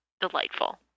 delightful